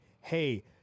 hey